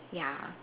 ya